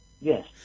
Yes